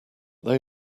they